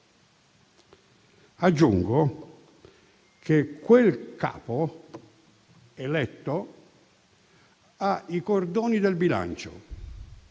Aggiungo che quel capo eletto ha i cordoni del bilancio